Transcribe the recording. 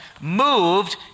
moved